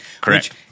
Correct